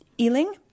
Ealing